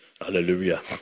Hallelujah